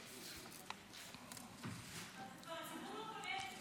והציבור לא קונה את זה --- הוא קונה את מה שאת אומרת.